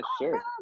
sure